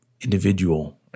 individual